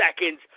seconds